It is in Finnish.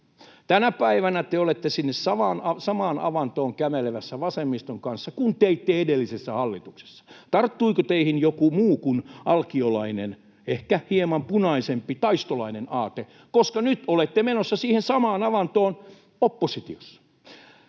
Tänä päivänä te olette kävelemässä vasemmiston kanssa sinne samaan avantoon kuin edellisessä hallituksessa. Tarttuiko teihin joku muu kuin alkiolainen, ehkä hieman punaisempi taistolainen aate, koska nyt olette menossa siihen samaan avantoon oppositiossa?